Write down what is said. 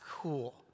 cool